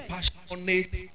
Passionate